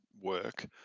work